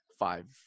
five